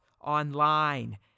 online